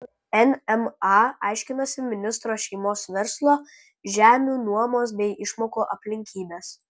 nma aiškinasi ministro šeimos verslo žemių nuomos bei išmokų aplinkybes